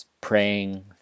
praying